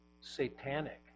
satanic